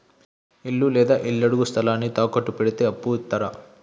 ఇల్లు లేదా ఇళ్లడుగు స్థలాన్ని తాకట్టు పెడితే అప్పు ఇత్తరా?